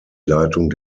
leitung